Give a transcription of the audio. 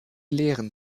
lehren